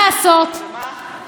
עם הסניף הזה של מרצ.